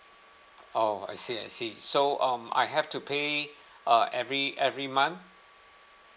oh I see I see so um I have to pay uh every every month